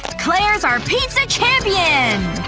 clair's our pizza champion!